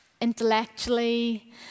intellectually